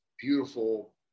beautiful